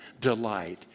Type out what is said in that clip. delight